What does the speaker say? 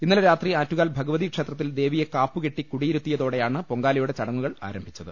ഇന്നലെ രാത്രി ആറ്റുകാൽ ഭഗവതി ക്ഷേത്രത്തിൽ ദേവിയെ കാപ്പുകെട്ടി കുടിയിരുത്തിയതോടെയാണ് പൊങ്കാലയുടെ ചടങ്ങുകൾ ആരംഭിച്ചത്